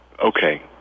okay